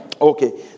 Okay